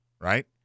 right